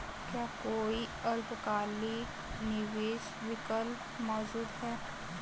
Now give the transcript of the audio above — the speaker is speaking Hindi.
क्या कोई अल्पकालिक निवेश विकल्प मौजूद है?